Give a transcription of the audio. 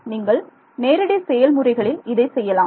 நீங்கள் நேரடி செயல் முறைகளில் இதை செய்யலாம்